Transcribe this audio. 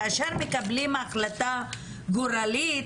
כאשר מקבלים החלטה גורלית,